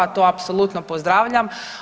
To apsolutno pozdravljam.